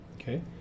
Okay